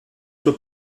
suo